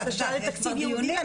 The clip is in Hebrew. בקשה לתקציב ייעודי לנושאים האלה.